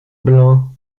blein